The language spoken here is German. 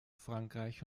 frankreich